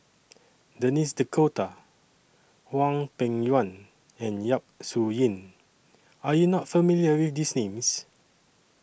Denis D'Cotta Hwang Peng Yuan and Yap Su Yin Are YOU not familiar with These Names